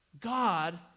God